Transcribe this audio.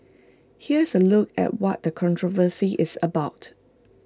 here's A look at what the controversy is about